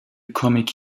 comic